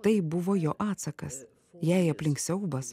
aš žinau tai buvo jo atsakas jei aplink siaubas nes